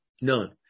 None